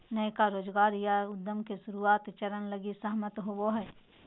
नयका रोजगार या उद्यम के शुरुआत चरण लगी सहमत होवो हइ